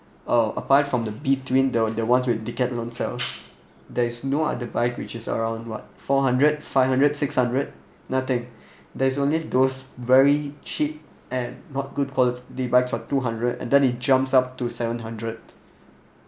apart from the between the the ones with Decathlon sells there is no other bike which is around what four hundred five hundred six hundred nothing there's only those very cheap and not good quality bikes for two hundred and then it jumps up to seven hundred